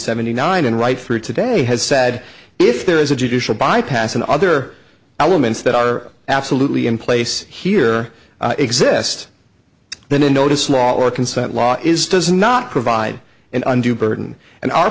seventy nine and right through today has said if there is a judicial bypass and other elements that are absolutely in place here exist then a notice law or consent law is does not provide an undue burden and our